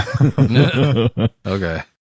Okay